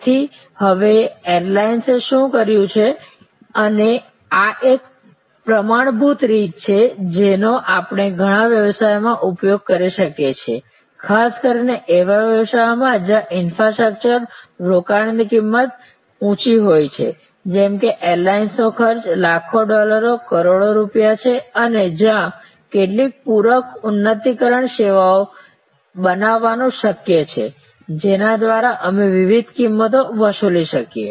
તેથી હવે એરલાઇન્સે શું કર્યું છે અને આ એક પ્રમાણભૂત રીત છે જેનો આપણે ઘણા વ્યવસાયોમાં ઉપયોગ કરી શકીએ છીએ ખાસ કરીને એવા વ્યવસાયમાં જ્યાં ઇન્ફ્રાસ્ટ્રક્ચર રોકાણની કિંમત ઊંચી હોય છે જેમ કે એરલાઇનનો ખર્ચ લાખો ડોલર કરોડો રૂપિયા છે અને જ્યાં કેટલીક પૂરક ઉન્નતીકરણ સેવાઓ બનાવવાનું શક્ય છે જેના દ્વારા અમે વિવિધ કિંમતો વસૂલી શકીએ